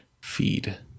feed